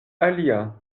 alia